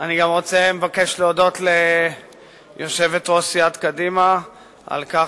אני מבקש להודות ליושבת-ראש סיעת קדימה על כך